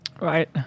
Right